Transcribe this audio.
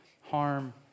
harm